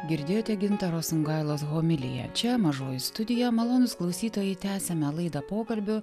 girdėjote gintaro sungailos homiliją čia mažoji studija malonūs klausytojai tęsiame laidą pokalbiu